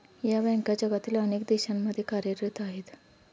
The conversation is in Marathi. या बँका जगातील अनेक देशांमध्ये कार्यरत आहेत